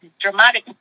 dramatic